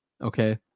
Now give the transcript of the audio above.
Okay